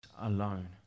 alone